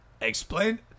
explain